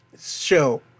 show